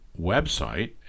website